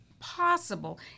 possible